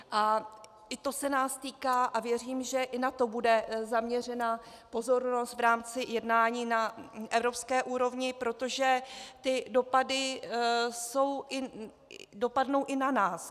A i to se nás týká a věřím, že i na to bude zaměřena pozornost v rámci jednání na evropské úrovni, protože ty dopady dopadnou i na nás.